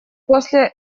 после